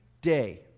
day